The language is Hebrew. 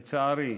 לצערי,